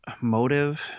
motive